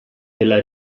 della